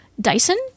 Dyson